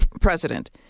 president